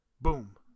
boom